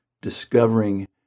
discovering